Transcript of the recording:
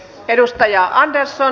arvoisa puhemies